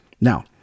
Now